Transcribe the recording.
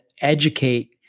educate